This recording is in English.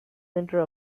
centre